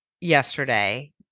yesterday